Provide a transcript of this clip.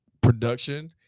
production